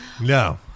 No